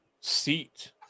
seat